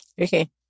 Okay